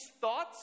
thoughts